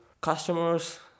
customers